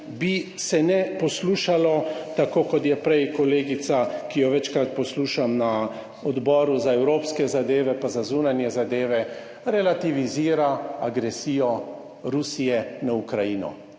bi se ne poslušalo, tako kot je prej kolegica, ki jo večkrat poslušam na Odboru za evropske zadeve, pa za zunanje zadeve, relativizira agresijo Rusije na Ukrajino,